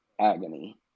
agony